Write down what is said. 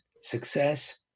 success